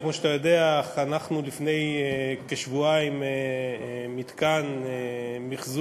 קטן אחד